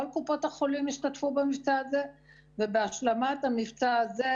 כל קופות החולים השתתפו במבצע הזה ובהשלמת המבצע הזה,